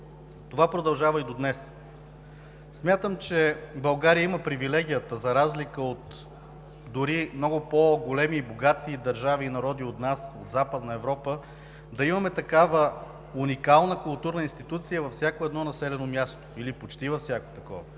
Това продължава и до днес. Смятам, че България има привилегията, за разлика от дори много по-големи и богати държави и народи от нас от Западна Европа, да има такава уникална културна институция във всяко едно населено място или почти във всяко такова.